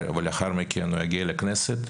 ולאחר מכן מגיע לכנסת,